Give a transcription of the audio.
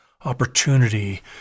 opportunity